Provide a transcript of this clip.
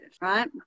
right